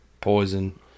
poison